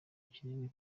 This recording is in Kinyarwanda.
kinini